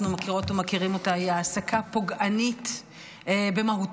מכירות ומכירים אותה היא העסקה פוגענית במהותה.